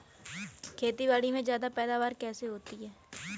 खेतीबाड़ी में ज्यादा पैदावार कैसे होती है?